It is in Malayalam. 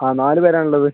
ആ നാലു പേരാണ് ഉള്ളത്